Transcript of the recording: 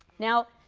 now,